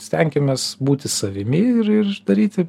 stenkimės būti savimi ir ir daryti